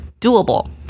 doable